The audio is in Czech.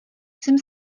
jsem